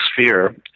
sphere